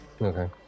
Okay